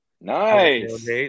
Nice